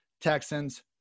Texans